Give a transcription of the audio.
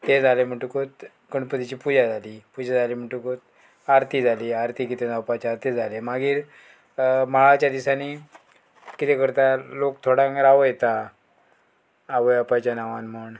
तें जालें म्हणटकूत गणपतीची पुजा जाली पुजा जाली म्हणटकूच आरती जाली आरती कितें जावपाचें आरती जालें मागीर माळाच्या दिसांनी कितें करता लोक थोड्यांक रावयता आवय बापाच्या नांवान म्हण